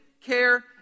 care